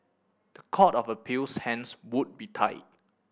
the Court of Appeal's hands would be tied